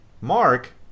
Mark